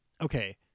Okay